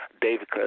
David